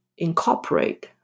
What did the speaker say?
Incorporate